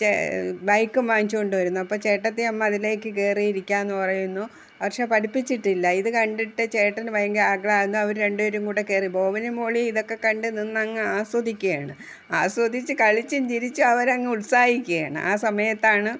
ചെ ബൈക്കും വാങ്ങിച്ചു കൊണ്ട് വരുന്നു അപ്പം ചേട്ടത്തി അമ്മ അതിലേക്കു കയറി ഇരിക്കാമെന്നു പറയുന്നു പക്ഷെ പഠിപ്പിച്ചിട്ടില്ല ഇതു കണ്ടിട്ട് ചേട്ടൻ ഭയങ്കര ആക്രാന്തം അവർ രണ്ടുപേരും കൂടി കയറി ബോബനും മോളിയും ഇതൊക്കെ കണ്ടു നിന്നങ്ങ് ആസ്വദിക്കയാണ് ആസ്വദിച്ചു കളിച്ചും ചിരിച്ചും അവരങ്ങ് ഉത്സാഹിക്കുകയാണ് ആ സമയത്താണ്